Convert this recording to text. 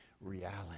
reality